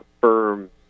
firm